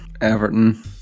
Everton